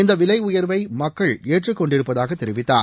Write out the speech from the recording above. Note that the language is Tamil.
இந்த விலை உயர்வை மக்கள் ஏற்றுக் கொண்டிருப்பதாகத் தெரிவித்தார்